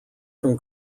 from